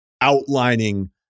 outlining